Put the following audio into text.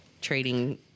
trading